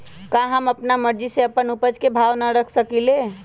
का हम अपना मर्जी से अपना उपज के भाव न रख सकींले?